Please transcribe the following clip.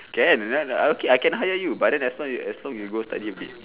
can okay I can hire you but then as long you as long you go study a bit